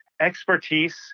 expertise